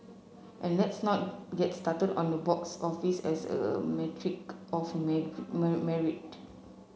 and let's not get started on the box office as a metric of merit